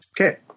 Okay